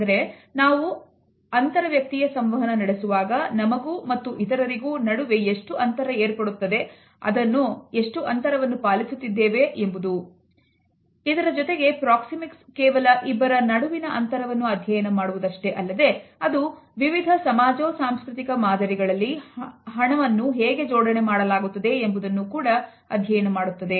ಇದರ ಜೊತೆಗೆ proxemics ಕೇವಲ ಇಬ್ಬರ ನಡುವಿನ ಅಂತರವನ್ನು ಅಧ್ಯಯನ ಮಾಡುವುದು ಅಷ್ಟೇ ಅಲ್ಲದೆ ಅದು ವಿವಿಧ ಸಮಾಜೋ ಸಾಂಸ್ಕೃತಿಕ ಮಾದರಿಗಳಲ್ಲಿ ಹಣವನ್ನು ಹೇಗೆ ಜೋಡಣೆ ಆಗುತ್ತದೆ ಎಂಬುದನ್ನು ಕೂಡ ಅಧ್ಯಯನ ಮಾಡುತ್ತದೆ